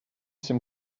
some